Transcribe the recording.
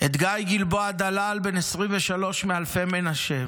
את גיא גלבוע דלאל, בן 23 מאלפי מנשה.